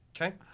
Okay